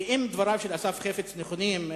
כי אם דבריו של אסף חפץ על פירוש המלה "ערבוש" נכונים,